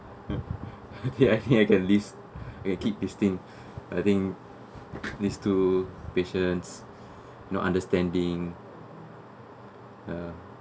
okay I can I can list you can keep this thing I think needs to patience know understanding ya